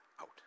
out